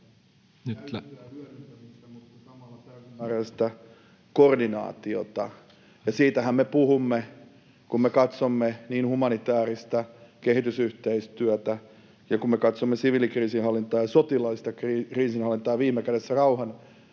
hyödyntämistä ja samalla täysimääräistä koordinaatiota, ja siitähän me puhumme. Kun me katsomme humanitääristä kehitysyhteistyötä ja kun me katsomme siviilikriisinhallintaa ja sotilaallista kriisinhallintaa ja viime kädessä rauhanvälitystä